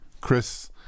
Chris